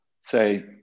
say